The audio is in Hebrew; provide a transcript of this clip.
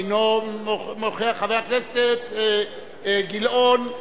אינו נוכח, חבר הכנסת גילאון,